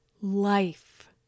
life